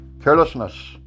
carelessness